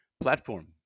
platform